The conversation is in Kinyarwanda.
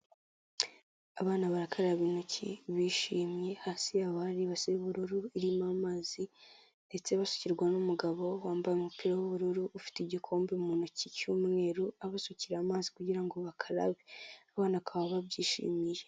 Abana barakaraba intoki bishimye, hasi yabo hari ibasi y'ubururu irimo amazi, ndetse basukirwa n'umugabo wambaye umupira w'ubururu, ufite igikombe mu ntoki cy'umweru abasukira amazi kugira ngo bakarabe, abana bakaba babyishimiye.